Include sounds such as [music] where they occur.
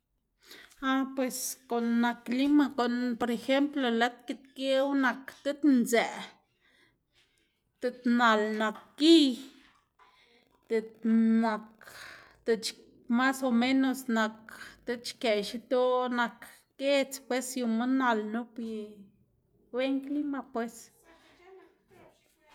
Ah pues guꞌn nak clima, guꞌn por ejemplo lad git geꞌw nak diꞌt ndzë diꞌt nal nak giy diꞌt nak diꞌt mas o menos nak diꞌt xkëꞌ xidoꞌ nak giedz pues yuma nal nup y wen clima pues. [noise]